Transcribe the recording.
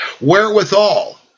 Wherewithal